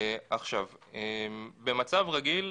במצב רגיל,